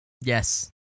Yes